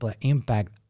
impact